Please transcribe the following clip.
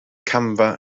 camfa